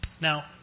Now